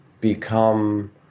become